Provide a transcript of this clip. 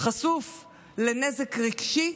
לנזק רגשי,